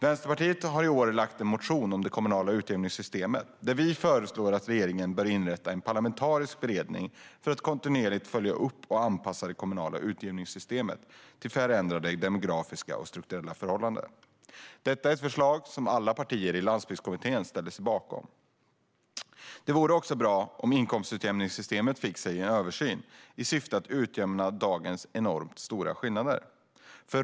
Vänsterpartiet har i år väckt en motion om det kommunala utjämningssystemet där vi föreslår att regeringen inrättar en parlamentarisk beredning för att kontinuerligt följa upp och anpassa det kommunala utjämningssystemet till förändrade demografiska och strukturella förhållanden. Detta är ett förslag som alla partier i Landsbygdskommittén ställde sig bakom. Det vore också bra om inkomstutjämningssystemet fick sig en översyn i syfte att utjämna dagens enormt stora skillnader.